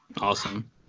Awesome